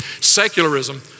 secularism